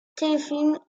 téléfilms